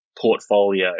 portfolio